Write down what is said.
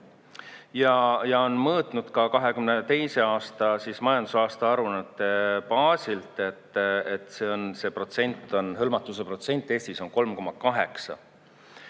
ja on mõõtnud ka 2022. aasta majandusaasta aruannete baasilt, et see hõlmatuse protsent Eestis on 3,8.